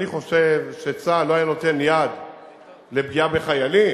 אני חושב שצה"ל לא היה נותן יד לפגיעה בחיילים.